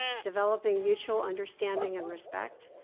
developing mutual understanding and respect,